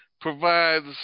provides